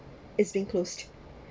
is being closed